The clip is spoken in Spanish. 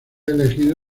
elegido